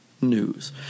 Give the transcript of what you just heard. news